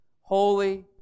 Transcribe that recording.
Holy